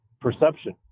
perception